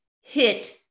hit